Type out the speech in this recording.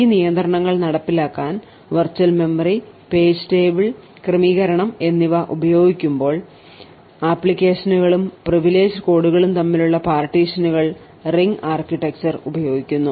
ഈ നിയന്ത്രണങ്ങൾ നടപ്പിലാക്കാൻ വിർച്വൽ മെമ്മറി പേജ് ടേബിൾ ക്രമീകരണം എന്നിവ ഉപയോഗിക്കുമ്പോൾ ആപ്ലിക്കേഷനുകളും പ്രിവിലേജ്ഡ് കോഡുകളും തമ്മിലുള്ള പാർട്ടീഷനുകൾ റിംഗ് ആർക്കിടെക്ചർ ഉപയോഗിക്കുന്നു